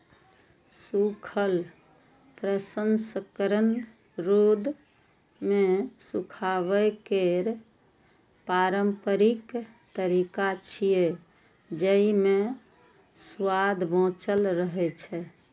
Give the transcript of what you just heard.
सूखल प्रसंस्करण रौद मे सुखाबै केर पारंपरिक तरीका छियै, जेइ मे सुआद बांचल रहै छै